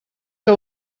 que